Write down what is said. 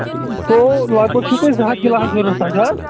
گوٚو لگ بگ چھو تُہۍ زٕ ہَتھ گِلاس ضروٗرت حظ تہِ حظ